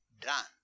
done